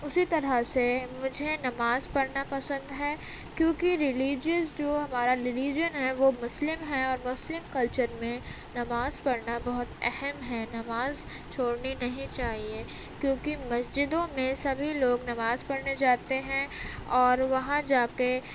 اسی طرح سے مجھے نماز پڑھنا پسند ہے کیونکہ رلیجئیز جو ہمارا رلیجن ہے وہ مسلم ہے اور مسلم کلچر میں نماز پڑھنا بہت اہم ہے نماز چھوڑنی نہیں چاہیے کیونکہ مسجدوں میں سبھی لوگ نماز پڑھنے جاتے ہیں اور وہاں جا کے